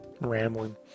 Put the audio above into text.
Rambling